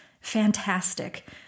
Fantastic